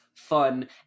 fun